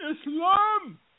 Islam